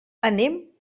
anem